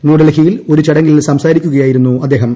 ന്യൂഡൽഹിയിൽ ഒരു ചടങ്ങിൽ സംസാരിക്കുകയായിരുന്നു അദ്ദേഹം